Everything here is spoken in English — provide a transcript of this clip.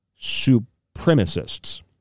supremacists